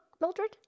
Mildred